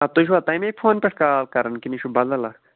اَدٕ تُہۍ چھُوا تَمے فونہٕ پٮ۪ٹھ کال کَران کِنہٕ یہِ چھُ بدل اَکھ